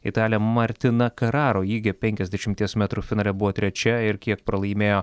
italė martina kararo ji gi penkiasdešimties metrų finale buvo trečia ir kiek pralaimėjo